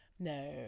No